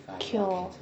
cure